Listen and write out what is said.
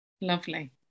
lovely